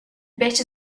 better